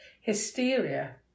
hysteria